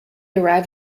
arrived